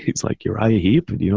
he's like, uriah heep? you